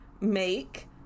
make